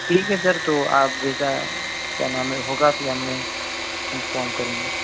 ٹھیک ہے سر تو آپ جیسا کیا نام ہے ہوگا پھر ہمیں انفام کریں گے